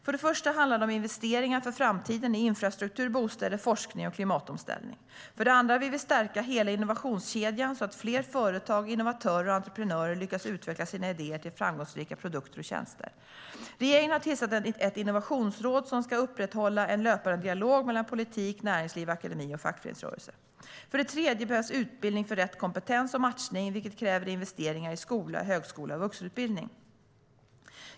För det första handlar det om investeringar för framtiden i infrastruktur, bostäder, forskning och klimatomställning. För det andra vill vi stärka hela innovationskedjan så att fler företag, innovatörer och entreprenörer lyckas utveckla sina idéer till framgångsrika produkter och tjänster. Regeringen har tillsatt ett innovationsråd som ska upprätthålla en löpande dialog mellan politik, näringsliv, akademi och fackföreningsrörelse. För det tredje behövs utbildning för rätt kompetens och matchning, vilket kräver investeringar i skola, högskola och vuxenutbildning.